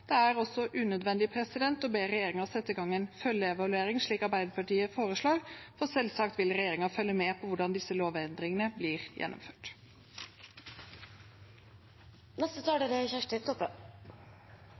Det er også unødvendig å be regjeringen sette i gang en følgeevaluering, slik Arbeiderpartiet foreslår, og selvsagt vil regjeringen følge med på hvordan disse lovendringene blir